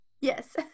Yes